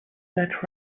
that